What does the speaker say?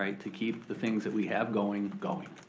to keep the things that we have going, going.